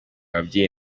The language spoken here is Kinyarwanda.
ababyeyi